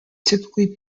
typically